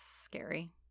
scary